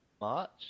March